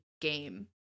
game